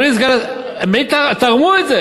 הם תרמו לדיור הציבורי.